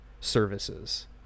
services